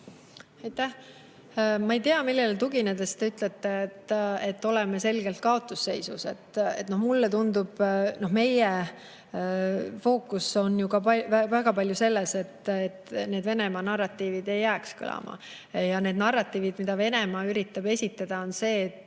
Ma ei tea, millele tuginedes te ütlete, et oleme selgelt kaotusseisus. Mulle tundub, et meie fookus on väga palju sellel, et need Venemaa narratiivid ei jääks kõlama. Narratiivid, mida Venemaa üritab esitada, on need, et